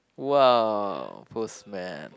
!wow! postman